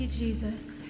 Jesus